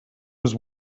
was